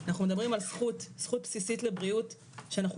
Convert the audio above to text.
אנחנו מדברים על זכות בסיסית לבריאות שאנחנו